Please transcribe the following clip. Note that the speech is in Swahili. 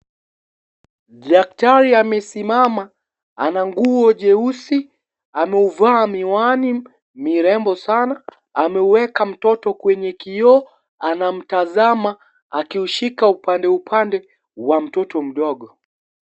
Daktari amesiamama ana nguo jeusi, ameuvaa miwani mirembo sana, ameuweka mtoto kwenye kioo anamtazama akiushika upande upande wa mtoto mdogo.